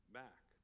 back